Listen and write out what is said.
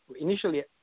Initially